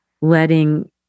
letting